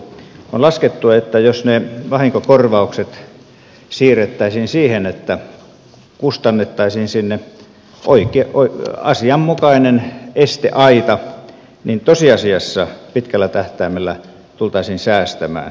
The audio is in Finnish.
on laskettu että jos vahingonkorvaukset siirrettäisiin siihen että kustannettaisiin sinne asianmukainen esteaita niin tosiasiassa pitkällä tähtäimellä tultaisiin säästämään